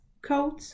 coats